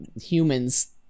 humans